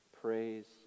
praise